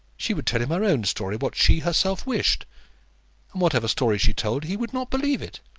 she would tell him her own story what she herself wished. and whatever story she told, he would not believe it.